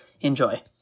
Enjoy